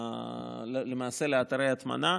לאתרי ההטמנה,